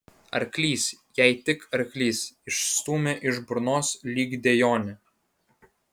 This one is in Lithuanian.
arklys jai tik arklys išstūmė iš burnos lyg dejonę